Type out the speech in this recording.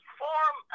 form